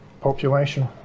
population